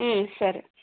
సరే